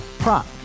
Prop